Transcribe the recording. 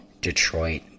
Detroit